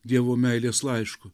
dievo meilės laišku